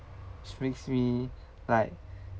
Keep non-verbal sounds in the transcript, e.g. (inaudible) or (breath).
makes me like (breath)